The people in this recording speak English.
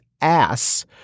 ass